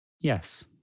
Yes